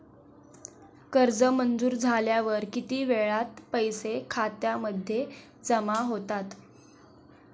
कर्ज मंजूर झाल्यावर किती वेळात पैसे खात्यामध्ये जमा होतात?